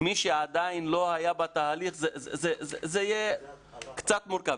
מי שעדיין לא היה בתהליך זה יהיה קצת מורכב.